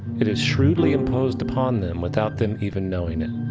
it is shrewdly imposed upon them, without them even knowing it.